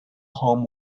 home